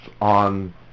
on